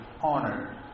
honored